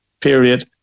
period